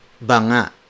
Banga